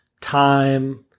time